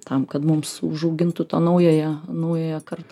tam kad mums užaugintų tą naująją naująją kartą